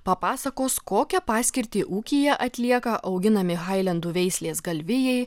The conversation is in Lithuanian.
papasakos kokią paskirtį ūkyje atlieka auginami hailendų veislės galvijai